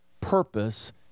purpose